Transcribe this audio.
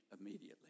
immediately